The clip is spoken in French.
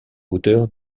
hauteur